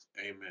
Amen